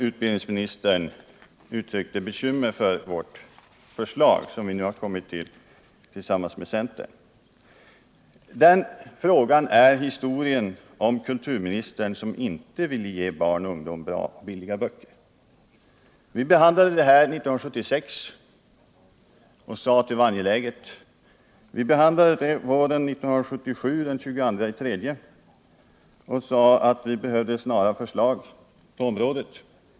Utbildningsministern uttryckte bekymmer för vårt förslag, som vi lagt fram tillsammans med centern. Det är historien om kulturministern som inte ville ge barn och ungdom bra och billiga böcker. Kulturutskottet behandlade frågan 1976 och sade att den var angelägen. Vi behandlade den våren 1977 — den 22 mars — och sade att vi behövde snara förslag på området.